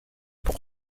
pour